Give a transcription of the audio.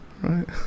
Right